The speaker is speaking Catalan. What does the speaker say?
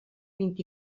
vint